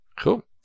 Cool